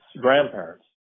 grandparents